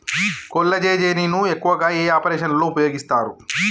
కొల్లాజెజేని ను ఎక్కువగా ఏ ఆపరేషన్లలో ఉపయోగిస్తారు?